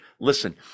Listen